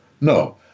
No